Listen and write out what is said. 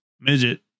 midget